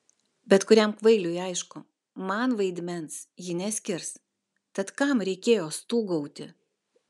bet kuriam kvailiui aišku man vaidmens ji neskirs tad kam reikėjo stūgauti